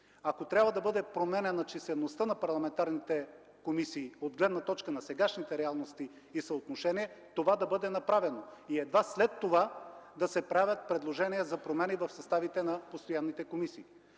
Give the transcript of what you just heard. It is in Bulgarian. Ако трябва да бъде променяна числеността на парламентарните комисии, от гледна точка на сегашните реалности и съотношение, това да бъде направено и едва след това да се правят предложения за промени в съставите на постоянните комисии.